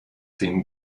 den